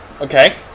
Okay